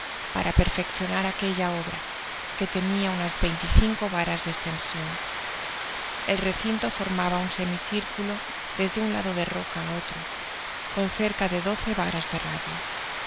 para perfeccionar aquella obra que tenia unas veinte y cinco varas de estension el recinto formaba un semicii cuculo desde un lado de roca á otro con cerca de doce varas de radio